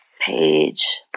page